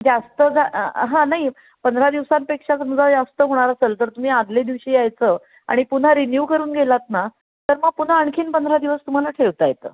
जास्त जा हां नाही पंधरा दिवसांपेक्षा समजा जास्त होणार असेल तर तुम्ही आधल्या दिवशी यायचं आणि पुन्हा रिन्यू करून गेलात ना तर मग पुन्हा आणखी पंधरा दिवस तुम्हाला ठेवता येतं